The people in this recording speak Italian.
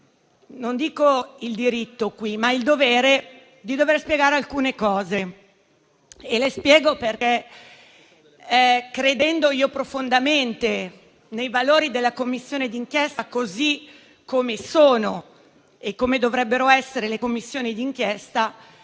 non il diritto, ma il dovere di spiegare alcune questioni. Le spiego perché. Credendo io profondamente nei valori delle Commissioni d'inchiesta, così come sono e come dovrebbero essere le Commissioni di inchiesta,